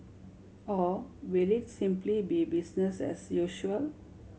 or will it simply be business as usual